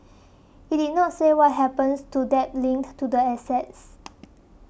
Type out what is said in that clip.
it did not say what happens to debt linked to the assets